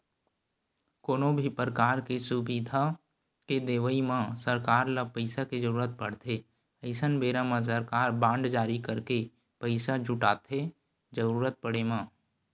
कोनो भी परकार के सुबिधा के देवई म सरकार ल पइसा के जरुरत पड़थे अइसन बेरा म सरकार बांड जारी करके पइसा जुटाथे जरुरत पड़े म